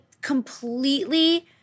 completely